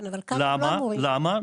למה?